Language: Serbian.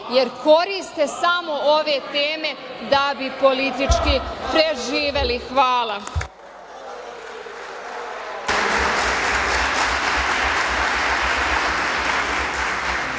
jer koriste samo ove teme da bi politički preživeli. Hvala.